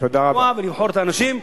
לקבוע ולבחור את האנשים.